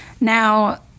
Now